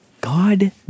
God